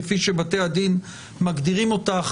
כפי שבתי הדין מגדירים אותה,